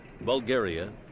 Bulgaria